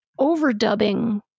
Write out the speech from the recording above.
overdubbing